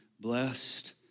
Blessed